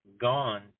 gone